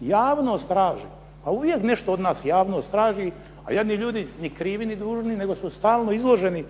javnost traži. Uvijek nešto javnost traži, a jadni ljudi ni krivi ni dužni, nego su stalno izloženi